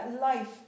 life